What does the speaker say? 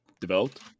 developed